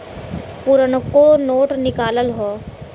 पुरनको नोट निकालत हौ